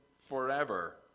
forever